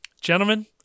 Gentlemen